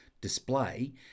display